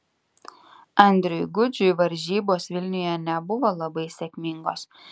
andriui gudžiui varžybos vilniuje nebuvo labai sėkmingos